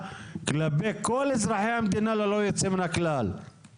כלפי כל אזרחי המדינה ללא יוצא מן הכלל.